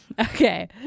okay